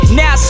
now